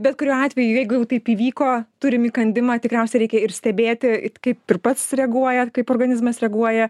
bet kuriuo atveju jeigu jau taip įvyko turim įkandimą tikriausiai reikia ir stebėti kaip ir pats reaguojat kaip organizmas reaguoja